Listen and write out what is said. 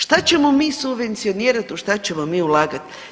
Šta ćemo mi subvencionirati, u šta ćemo mi ulagati?